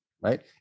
Right